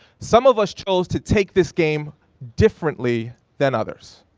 some of us chose to take this game differently than others.